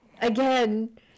again